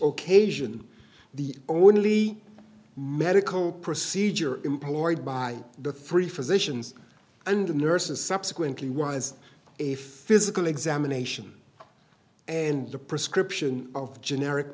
occasion the only medical procedure employed by the three physicians and nurses subsequently was if physical examination and the prescription of generic